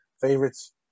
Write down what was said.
favorites